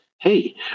Hey